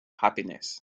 happiness